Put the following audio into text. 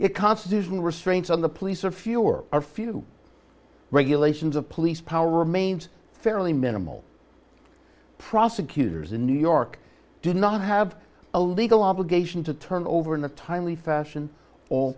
it constitutional restraints on the police or fewer are few regulations of police power remains fairly minimal prosecutors in new york do not have a legal obligation to turn over in a timely fashion